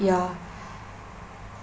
ya